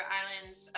islands